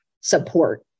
support